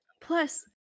plus